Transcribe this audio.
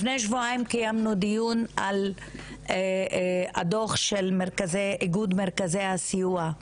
לפני שבועיים קיימנו דיון על דוח איגוד מרכזי הסיוע,